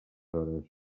hores